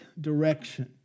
direction